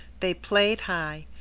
they played high.